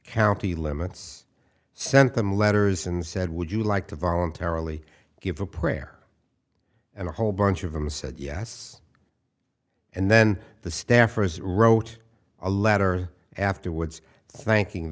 county limits sent them letters and said would you like to voluntarily give a prayer and a whole bunch of them said yes and then the staffers wrote a letter afterwards thanking